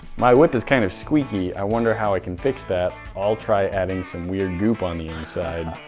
my whip is kind of squeaky. i wonder how i can fix that. i'll try adding some weird goop on the inside.